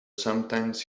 sometimes